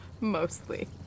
Mostly